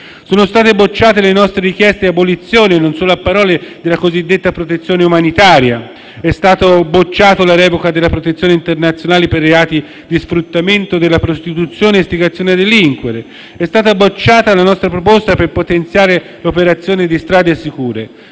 Sono state bocciate le nostre richieste di abolizione, non solo a parole, della cosiddetta protezione umanitaria. È stata bocciata la revoca della protezione internazionale per i reati di sfruttamento della prostituzione e istigazione a delinquere. È stata bocciata la nostra proposta per potenziare l'operazione di «Strade sicure»,